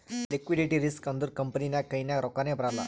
liquidity risk ಅಂದುರ್ company ನಾಗ್ ಕೈನಾಗ್ ರೊಕ್ಕಾನೇ ಬರಲ್ಲ